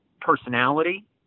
personality